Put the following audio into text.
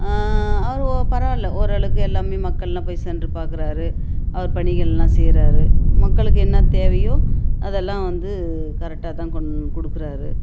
அவர் பரவாயில்ல ஓரளவுக்கு எல்லாமே மக்கள் எல்லாம் போய் சென்று பார்க்கறாரு அவர் பணிகள் எல்லாம் செய்யறாரு மக்களுக்கு என்ன தேவையோ அதெல்லாம் வந்து கரெக்டாக தான் கொண் கொடுக்கறாரு